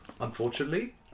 Unfortunately